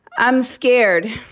i'm scared.